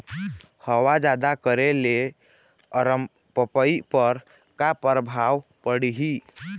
हवा जादा करे ले अरमपपई पर का परभाव पड़िही?